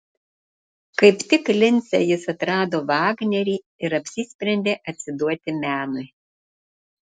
kaip tik lince jis atrado vagnerį ir apsisprendė atsiduoti menui